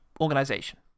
organization